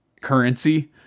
currency